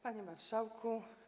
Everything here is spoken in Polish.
Panie Marszałku!